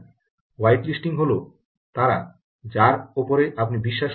white listing হল তারা যাঁর উপর আপনি বিশ্বাস করতে চান